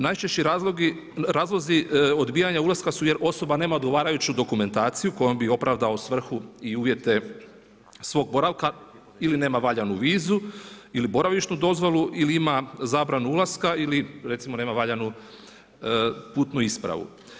Najčešći razlozi odbijanja ulaska jer osoba nema odgovarajuću dokumentaciju kojoj bi opravdao svrhu i uvijete svog boravka, ili nema valjanu vizu ili boravišnu dozvolu ili ima zabranu ulaska ili recimo, nema valjanu putnu ispravu.